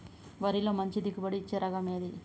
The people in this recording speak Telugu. వరిలో మంచి దిగుబడి ఇచ్చే రకం ఏది?